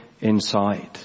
inside